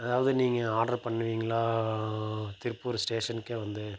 அதாவது நீங்கள் ஆர்டர் பண்ணுவிங்களா திருப்பூர் ஸ்டேஷனுக்கு வந்து